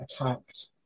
attacked